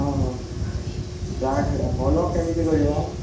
ହଁ ହଁ ହଲ କେମିତି କରିବା